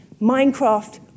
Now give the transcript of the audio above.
Minecraft